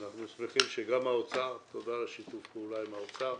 אנחנו שמחים שגם האוצר תודה על שיתוף הפעולה עם האוצר,